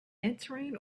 entering